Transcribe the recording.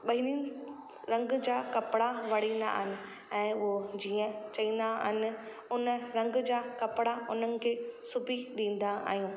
ॿन्हिनि रंग जा कपिड़ा वणींदा आहिनि ऐं उहो जीअं चईंदा आहिनि हुन रंग जा कपिड़ा उन्हनि खे सिबी ॾींदा आहियूं